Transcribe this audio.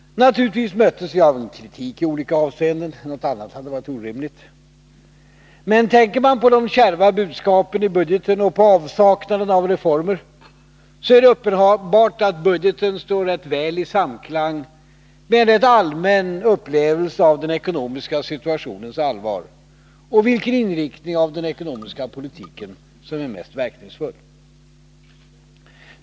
Naturligtvis möttes vi av kritik i olika avseenden — något annat hade varit orimligt. Men tänker man på de kärva budskapen i budgeten och på avsaknaden av reformer, så är det uppenbart att budgeten står rätt väl i samklang med en ganska allmän upplevelse av den ekonomiska situationens allvar och av vilken inriktning av den ekonomiska politiken som är mest verkningsfull.